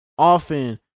often